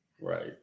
right